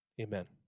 Amen